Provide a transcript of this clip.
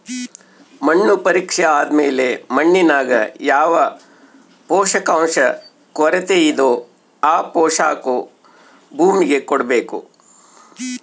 ಮಣ್ಣು ಪರೀಕ್ಷೆ ಆದ್ಮೇಲೆ ಮಣ್ಣಿನಾಗ ಯಾವ ಪೋಷಕಾಂಶ ಕೊರತೆಯಿದೋ ಆ ಪೋಷಾಕು ಭೂಮಿಗೆ ಕೊಡ್ಬೇಕು